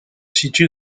situe